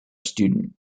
student